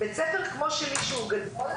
בית ספר כמו שלי שהוא גדול,